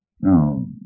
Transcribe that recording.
Now